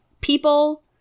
people